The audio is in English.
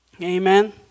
Amen